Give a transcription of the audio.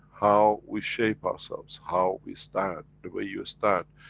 how we shape ourselves, how we stand, the way you stand.